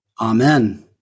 amen